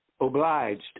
Obliged